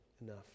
enough